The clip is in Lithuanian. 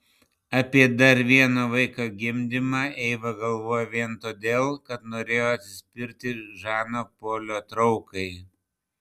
apie dar vieno vaiko gimdymą eiva galvojo vien todėl kad norėjo atsispirti žano polio traukai